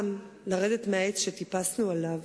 לרדת מהעץ שטיפסנו עליו.